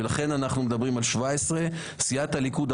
ולכן אנחנו מדברים על 17. סיעת הליכוד,